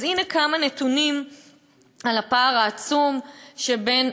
אז הנה כמה נתונים על הפער העצום שבין,